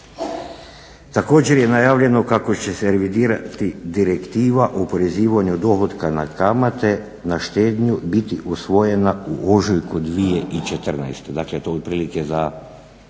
Također je najavljeno kako će se revidirati Direktiva o oporezivanju dohotka na kamate, na štednju biti usvojena u ožujku 2014.